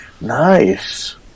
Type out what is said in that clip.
Nice